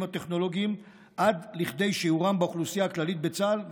הטכנולוגיים עד לכדי שיעורם באוכלוסייה הכללית בצה"ל,